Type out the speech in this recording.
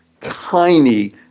tiny